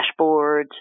dashboards